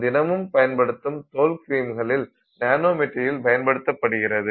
நாம் தினமும் பயன்படுத்தும் தோல் க்ரீம்களில் நானோ மெட்டீரியல் பயன்படுத்தப்படுகிறது